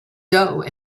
dough